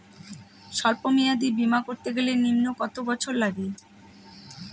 সল্প মেয়াদী বীমা করতে গেলে নিম্ন কত বছর লাগে?